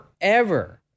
forever